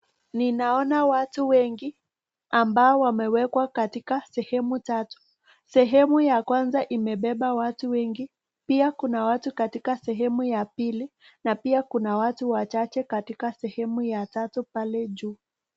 Ninaona watu wengi ambao wamewekwa katika sehemu tatu, sehemu ya kwanza imebeba watu wengi, pia kuna watu katika sehemu ya pili, na pia kuna watu wachache katika sehemu ya tatu katika juu.